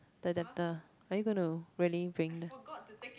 the adaptor are you gonna really bring